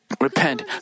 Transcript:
repent